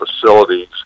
facilities